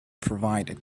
provided